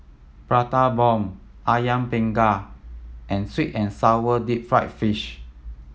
Prata Bomb Ayam Panggang and sweet and sour deep fried fish